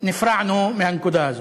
נפרענו מהנקודה הזאת,